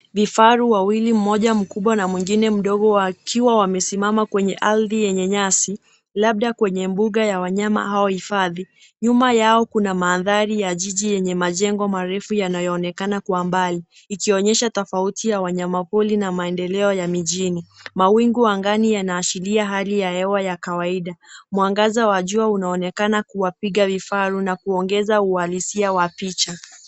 Vifaru wawili; mmoja mkubwa na mwingine mdogo, wakiwa wamesimama kwenye ardhi yenye nyasi, labda kwenye mbuga ya wanyama au hifadhi. Nyuma yao kuna mandhari ya jiji yenye majengo marefu yanayoonekana kwa mbali. Ikioonyesha tofauti ya wanyama pori na maendeleo ya mijini. Mawingu angani yanaashiria hali ya hewa ya kawaida. Mwangaza wa jua unaonekana kuwapiga vifaru na kuongeza uhalisia wa picha.